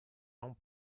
non